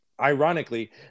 Ironically